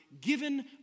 given